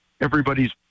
everybody's